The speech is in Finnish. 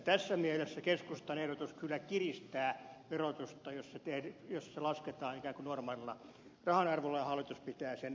tässä mielessä keskustan ehdotus kyllä kiristää verotusta jos se lasketaan ikään kuin normaalilla rahan arvolla ja hallitus pitää sen ennallaan